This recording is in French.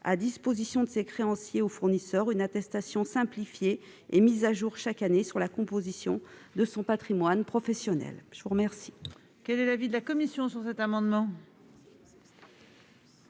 à disposition de ses créanciers ou fournisseurs une attestation simplifiée et mise à jour chaque année relative à la composition de son patrimoine professionnel. Quel